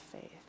faith